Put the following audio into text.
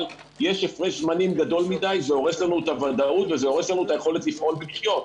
יש הבדל זמנים גדול מדי וזה הורס לנו את הוודאות ולפעול ---.